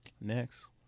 next